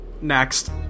Next